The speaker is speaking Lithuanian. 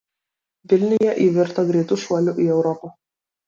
vilniuje ji virto greitu šuoliu į europą